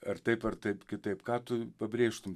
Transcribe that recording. ar taip ar taip kitaip ką tu pabrėžtum